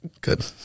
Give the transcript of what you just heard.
good